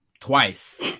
twice